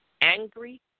angry